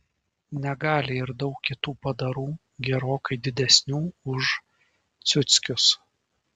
negali ir daug kitų padarų gerokai didesnių už ciuckius